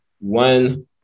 one